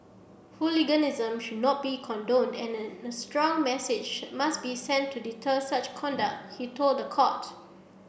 hooliganism should not be condoned and a a strong message must be sent to deter such conduct he told the court